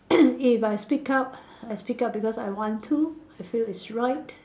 if I speak up I speak up because I want to I feel it's right